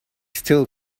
still